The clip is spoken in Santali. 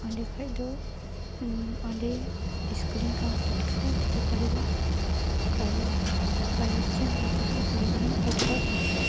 ᱚᱸᱰᱮ ᱠᱷᱚᱱ ᱫᱚ ᱚᱸᱰᱮ ᱤᱥᱠᱩᱞᱤᱧ ᱠᱚᱢᱯᱞᱤᱴ ᱠᱟᱫᱟ ᱛᱟᱨᱯᱚᱨᱮ ᱫᱚ ᱠᱚᱞᱮᱡᱽ ᱠᱚᱞᱮᱡᱽ ᱨᱮ ᱱᱤᱛᱚᱜ ᱫᱚ ᱠᱚᱞᱮᱡᱽ ᱨᱮᱧ ᱯᱟᱴᱷᱣᱟᱹ ᱠᱟᱱᱤᱧ